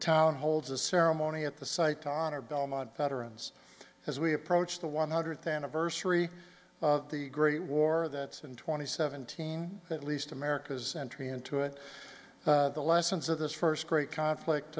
town holds a ceremony at the site honor belmont veterans as we approach the one hundredth anniversary of the great war that's in twenty seventeen at least america's entry into it the lessons of this first great conflict